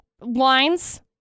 lines